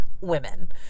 women